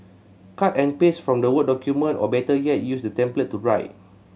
cut and paste from the word document or better yet use the template to write